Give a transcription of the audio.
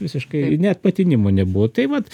visiškai net patinimo nebuvo tai vat